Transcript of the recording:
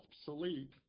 obsolete